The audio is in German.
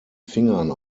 fingern